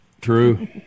True